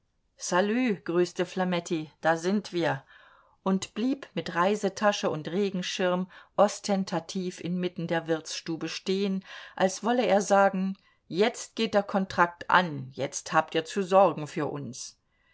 salü grüßte flametti da sind wir und blieb mit reisetasche und regenschirm ostentativ inmitten der wirtsstube stehen als wolle er sagen jetzt geht der kontrakt an jetzt habt ihr zu sorgen für uns